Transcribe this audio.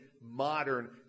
modern